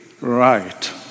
right